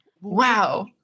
wow